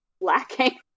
lacking